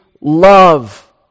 love